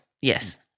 Yes